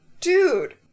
dude